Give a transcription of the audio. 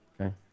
Okay